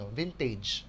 vintage